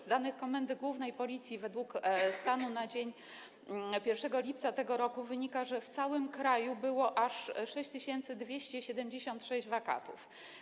Z danych Komendy Głównej Policji według stanu na dzień 1 lipca tego roku wynika, że w całym kraju było aż 6276 wakatów.